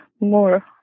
more